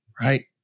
right